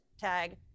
tag